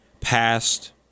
passed